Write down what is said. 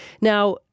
Now